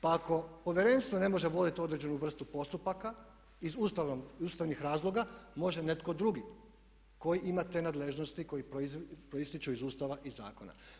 Pa ako Povjerenstvo ne može voditi određenu vrstu postupaka iz ustavnih razloga, može netko drugi koji ima te nadležnosti koje proističu iz Ustava i zakona.